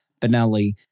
Benelli